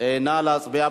נא להצביע.